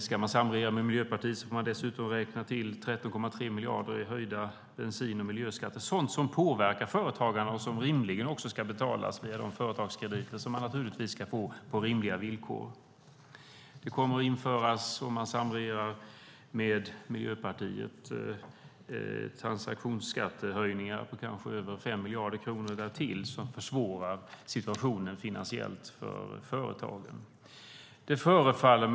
Ska man samregera med Miljöpartiet får man dessutom räkna med 13,3 miljarder i höjda bensin och miljöskatter. Det är sådant som påverkar företagarna och som rimligen också ska betalas via de företagskrediter som företagarna naturligtvis ska få på rimliga villkor. Om man samregerar med Miljöpartiet kommer det därtill att införas transaktionsskattehöjningar på kanske över 5 miljarder kronor, vilket försvårar den finansiella situationen för företagen. Fru talman!